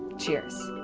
cheers.